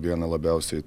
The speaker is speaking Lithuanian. vieną labiausiai